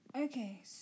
Okay